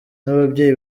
n’ababyeyi